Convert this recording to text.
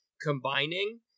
combining